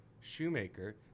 Shoemaker